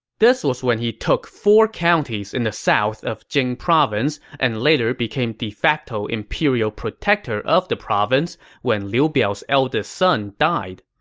this was when he took four counties in the south of jing province and later became de facto imperial protector of jing province when liu biao's eldest son died.